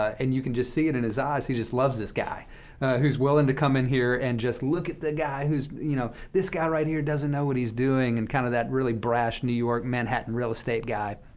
and you can just see it in his eyes he just loves this guy who's willing to come in here and just look at the guy who's you know, this guy right here doesn't know what he's doing, and kind of that really brash new york manhattan real estate guy.